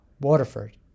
Waterford